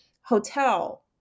hotel